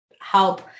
help